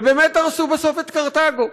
ובאמת הרסו בסוף את קרתגו.